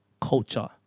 culture